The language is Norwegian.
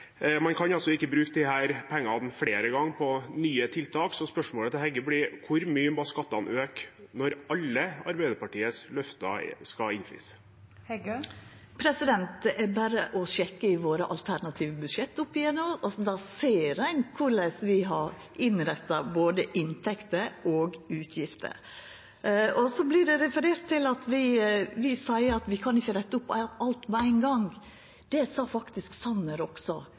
Man kan altså ikke bruke disse pengene flere ganger, på nye tiltak, så spørsmålet til Heggø blir: Hvor mye må skattene øke hvis alle Arbeiderpartiets løfter skal innfris? Det er berre å sjekka i våre alternative budsjett oppgjennom. Der ser ein korleis vi har innretta både inntekter og utgifter. Så vert det referert til at vi seier at vi ikkje kan retta opp alt med ein gong. Det sa faktisk Sanner også